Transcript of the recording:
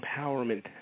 Empowerment